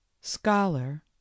scholar